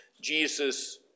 Jesus